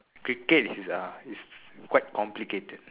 cricket is uh is quite complicated